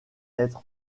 être